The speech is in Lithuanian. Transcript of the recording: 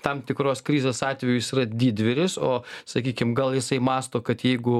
tam tikros krizės atveju jis yra didvyris o sakykim gal jisai mąsto kad jeigu